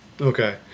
Okay